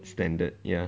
standard ya